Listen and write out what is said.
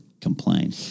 complain